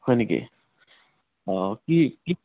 হয় নেকি অ' কি কি